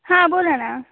हां बोला ना